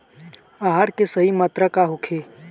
आहार के सही मात्रा का होखे?